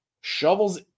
shovels